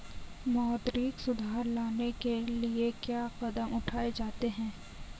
मौद्रिक सुधार लाने के लिए क्या कदम उठाए जाते हैं